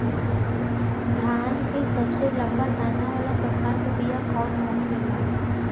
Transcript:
धान के सबसे लंबा दाना वाला प्रकार के बीया कौन होखेला?